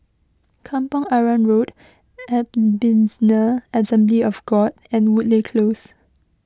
Kampong Arang Road Ebenezer Assembly of God and Woodleigh Close